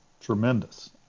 tremendous